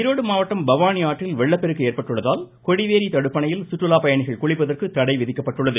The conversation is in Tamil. ஈரோடு மாவட்டம் பவானி ஆற்றில் வெள்ளப்பெருக்கு ஏற்பட்டுள்ளதால் கொடிவேரி தடுப்பணையில் சுற்றுலாப் பயணிகள் குளிப்பதற்கு தடை விதிக்கப்பட்டுள்ளது